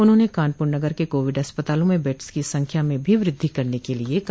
उन्होंने कानपुर नगर के कोविड अस्पतालों में बेड्स की संख्या में भी वृद्धि करने के लिये कहा